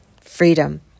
Freedom